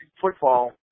football